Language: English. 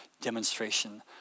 demonstration